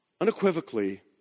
unequivocally